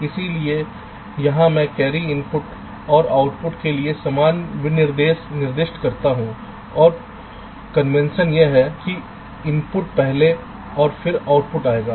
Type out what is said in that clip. इसलिए यहां मैं कैरी इनपुट और आउटपुट के लिए समान विनिर्देश निर्दिष्ट करता हूं और कन्वेंशन यह है कि इनपुट पहले और फिर आउटपुट आएंगे